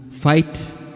Fight